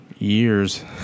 years